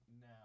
Now